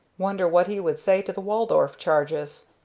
wonder what he would say to the waldorf charges?